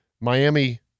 Miami